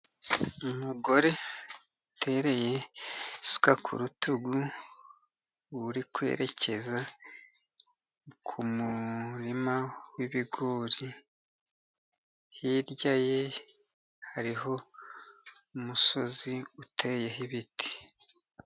Umugore utereye isuka ku rutugu uri kwerekeza ku muririma w'ibigori. Hirya ye hariho umusozi uteyeho ibiti.